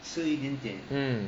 mm